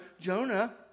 Jonah